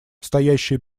стоящие